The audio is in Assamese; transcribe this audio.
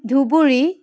ধুবুৰী